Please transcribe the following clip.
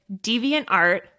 DeviantArt